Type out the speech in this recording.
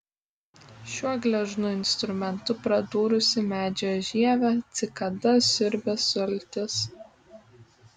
šiuo gležnu instrumentu pradūrusi medžio žievę cikada siurbia sultis